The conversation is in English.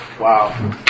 wow